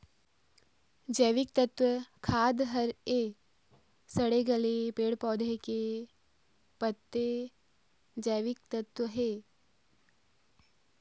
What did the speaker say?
जैविकतत्व का हर ए?